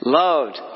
loved